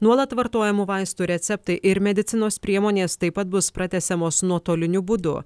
nuolat vartojamų vaistų receptai ir medicinos priemonės taip pat bus pratęsiamos nuotoliniu būdu